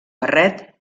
barret